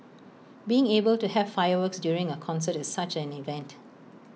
being able to have fireworks during A concert is such an event